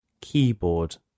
KEYBOARD